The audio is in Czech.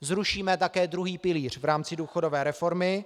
Zrušíme také druhý pilíř v rámci důchodové reformy.